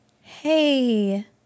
hey